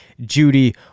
Judy